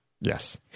yes